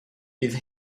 bydd